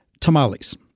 tamales